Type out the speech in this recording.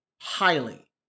highly